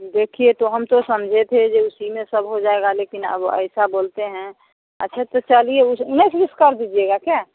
देखिए तो हम तो समझे थे जे उसी में सब हो जाएगा लेकिन अब ऐसा बोलते हैं अच्छे तो चलिए उस उन्नीस बीस कर दीजिएगा क्या